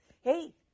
Hey